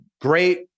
great